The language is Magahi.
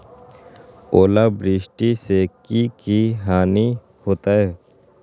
ओलावृष्टि से की की हानि होतै?